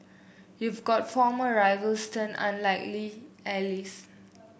you've got former rivals turn unlikely